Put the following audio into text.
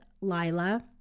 lila